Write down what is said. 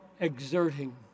exerting